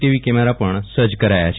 TV camera પણ સજજ કરાયા છે